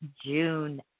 June